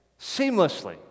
seamlessly